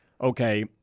okay